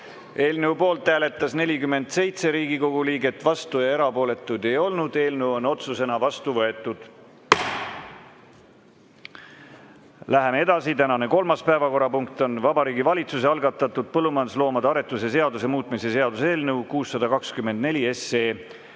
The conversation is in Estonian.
Eelnõu poolt hääletas 47 Riigikogu liiget, vastuolijaid ega erapooletuid ei olnud. Eelnõu on otsusena vastu võetud. Läheme edasi. Tänane kolmas päevakorrapunkt on Vabariigi Valitsuse algatatud põllumajandusloomade aretuse seaduse muutmise seaduse eelnõu 624